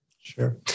Sure